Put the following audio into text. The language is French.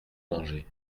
mangé